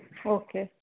okay